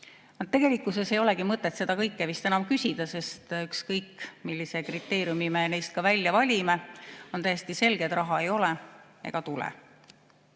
Tegelikkuses ei olegi mõtet seda kõike vist enam küsida, sest ükskõik, millise kriteeriumi me neist välja valime, on täiesti selge, et raha ei ole ega